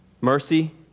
mercy